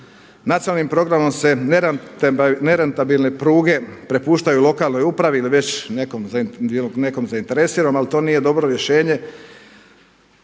Nacionalnim programom se nerentabilne pruge prepuštaju lokalnoj uprave već nekom zainteresiranom, ali to nije dobro rješenje